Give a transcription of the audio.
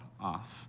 off